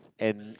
and